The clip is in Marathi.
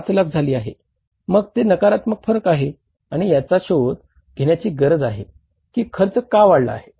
5 लाख झाली आहे मग ते नकारात्मक फरक आहे आणि त्याचा शोध घेण्याची गरज आहे की खर्च का वाढला आहे